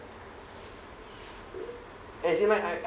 eh I